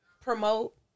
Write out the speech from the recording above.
promote